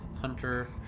Hunter